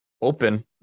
open